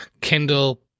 Kindle